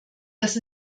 dass